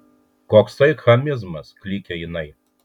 koksai chamizmas klykia jinai